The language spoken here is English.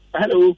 hello